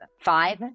Five